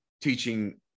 teaching